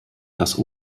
das